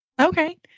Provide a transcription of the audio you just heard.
Okay